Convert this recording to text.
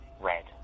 red